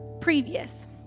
previous